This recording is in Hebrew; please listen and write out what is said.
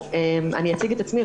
אני אציג את עצמי,